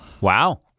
Wow